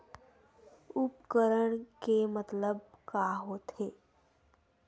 उपकरण के मतलब का होथे?